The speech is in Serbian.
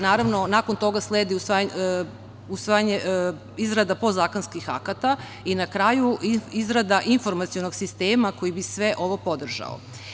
Naravno, nakon toga sledi izrada podzakonskih akata i na kraju izrada informacionog sistema koji bi sve ovo podržao.